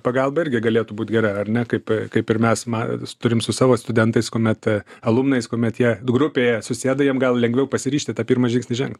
pagalba irgi galėtų būt gera ar ne kaip kaip ir mes ma turim su savo studentais kuomet alumnais kuomet jie grupėje susėda jiem gal lengviau pasiryžti tą pirmą žingsnį žengt